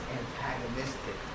antagonistic